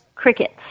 crickets